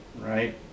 right